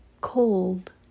Cold